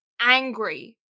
angry